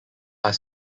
are